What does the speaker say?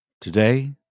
Today